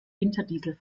winterdiesel